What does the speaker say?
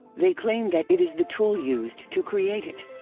they claim that it is the tool used to create it!